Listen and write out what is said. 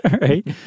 right